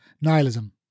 nihilism